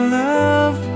love